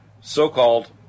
so-called